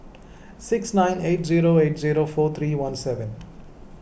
six nine eight zero eight zero four three one seven